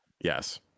Yes